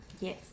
yes